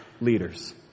leaders